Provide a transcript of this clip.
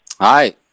hi